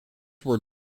were